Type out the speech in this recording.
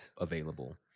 available